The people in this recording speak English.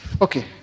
Okay